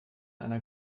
einer